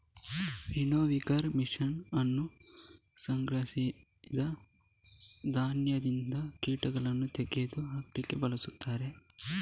winnowing machine ಅನ್ನು ಸಂಗ್ರಹಿಸಿದ ಧಾನ್ಯದಿಂದ ಕೀಟಗಳನ್ನು ತೆಗೆದು ಹಾಕ್ಲಿಕ್ಕೆ ಬಳಸ್ತಾರೆ